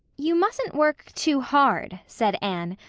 you mustn't work too hard, said anne,